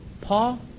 Paul